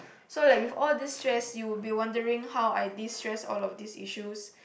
so like with all this stress you would be wondering how I destress all of these issues